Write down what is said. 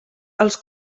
els